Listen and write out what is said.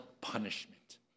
punishment